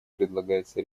предлагается